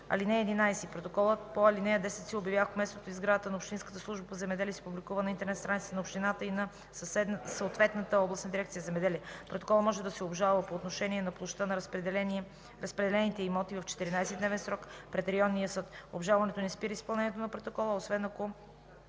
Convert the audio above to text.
юли. (11) Протоколът по ал. 10 се обявява в кметството и в сградата на общинската служба по земеделие и се публикува на интернет страницата на общината и на съответната областна дирекция „Земеделие”. Протоколът може да се обжалва по отношение на площта на разпределените имоти в 14-дневен срок пред районния съд. Обжалването не спира изпълнението на протокола, освен ако